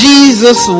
Jesus